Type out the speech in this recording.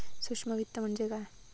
सूक्ष्म वित्त म्हणजे काय?